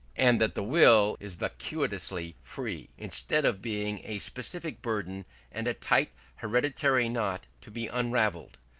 and that the will is vacuously free, instead of being a specific burden and a tight hereditary knot to be unravelled.